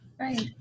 Right